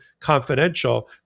confidential